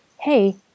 hey